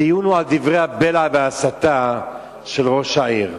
הדיון הוא על דברי הבלע וההסתה של ראש העיר.